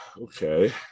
okay